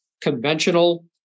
conventional